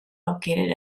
located